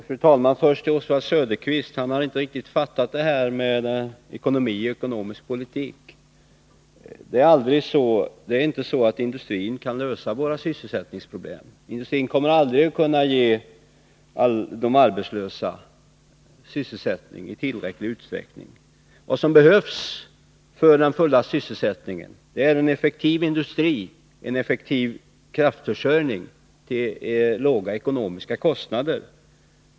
Fru talman! Först till Oswald Söderqvist! Han har inte riktigt fattat det här med ekonomi och ekonomisk politik. Det är inte så att industrin kan lösa våra sysselsättningsproblem. Industrin kommer aldrig att kunna ge de arbetslösa sysselsättning i tillräcklig utsträckning. Vad som behövs för den fulla sysselsättningen är en effektiv industri och en effektiv kraftförsörjning till låga kostnader.